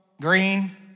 green